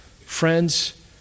friends